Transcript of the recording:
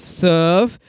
serve